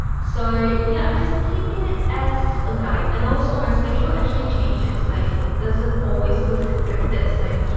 so yeah, just take it as a guide. and also, my schedule actually changes like, it doesn't always look like this, like,